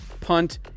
punt